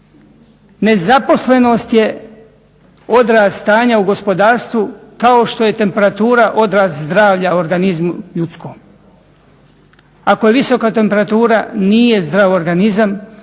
Nezaposlenost je odraz stanja u gospodarstvu kao što je temperatura odraz zdravlja u organizmu ljudskom. Ako je visoka temperatura nije zdrav organizam,